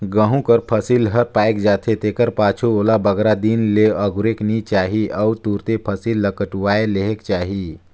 गहूँ कर फसिल हर पाएक जाथे तेकर पाछू ओला बगरा दिन ले अगुरेक नी चाही अउ तुरते फसिल ल कटुवाए लेहेक चाही